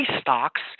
stocks